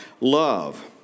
love